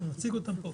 אנחנו נציג אותם פה,